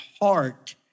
heart